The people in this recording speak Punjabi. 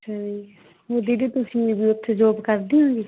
ਠੀਕ ਦੀਦੀ ਤੁਸੀਂ ਵੀ ਉੱਥੇ ਜੌਬ ਕਰਦੇ ਹੋ ਜੀ